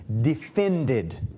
Defended